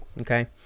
okay